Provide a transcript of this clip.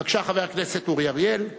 בבקשה, חבר הכנסת אורי אריאל.